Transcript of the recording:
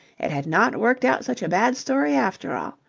it had not worked out such a bad story after all.